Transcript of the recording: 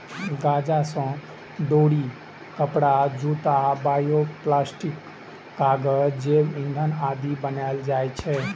गांजा सं डोरी, कपड़ा, जूता, बायोप्लास्टिक, कागज, जैव ईंधन आदि बनाएल जाइ छै